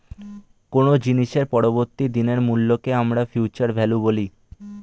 কোনো জিনিসের পরবর্তী দিনের মূল্যকে আমরা ফিউচার ভ্যালু বলি